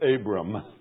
Abram